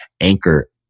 anchor